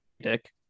Dick